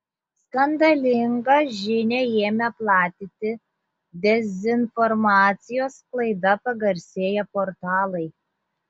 skandalingą žinią ėmė platinti dezinformacijos sklaida pagarsėję portalai